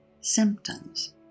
symptoms